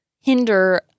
hinder